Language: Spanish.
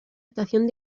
estación